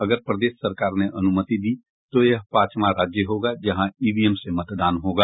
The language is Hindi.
अगर प्रदेश सरकार ने अनुमति दी तो यह पांचवां राज्य होगा जहां ईवीएम से मतदान होगा